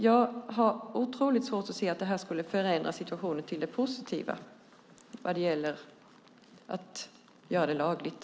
Jag har otroligt svårt att se att det skulle förändra situationen till det positiva att göra det lagligt.